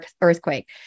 earthquake